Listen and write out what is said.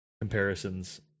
comparisons